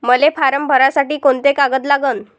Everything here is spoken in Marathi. मले फारम भरासाठी कोंते कागद लागन?